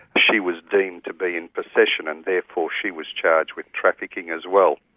she was deemed to be in possession, and therefore she was charged with trafficking as well.